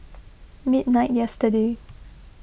midnight yesterday